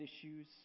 issues